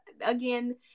again